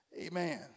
Amen